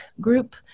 group